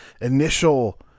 initial